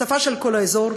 שפה של כל האזור,